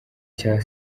cya